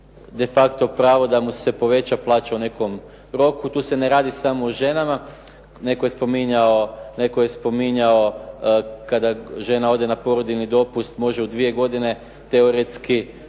de facto pravo da mu se poveća plaća u nekom roku. Tu se ne radi samo o ženama, netko je spominjao kada žena ode na porodiljni dopust može u dvije godine teoretski